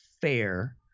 fair